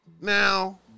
Now